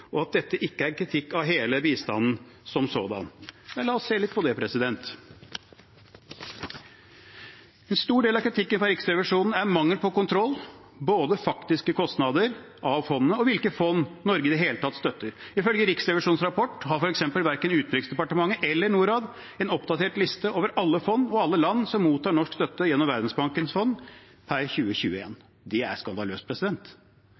og at dette ikke er en kritikk av hele bistanden som sådan. Vel, la oss se litt på det. En stor del av kritikken fra Riksrevisjonen handler om mangel på kontroll, både faktiske kostnader av fondene og hvilke fond Norge i det hele tatt støtter. Ifølge Riksrevisjonens rapport har f.eks. verken Utenriksdepartementet eller Norad en oppdatert liste over alle fond og alle land som mottar norsk støtte gjennom Verdensbankens fond per